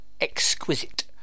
exquisite